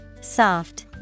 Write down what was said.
Soft